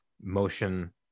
motion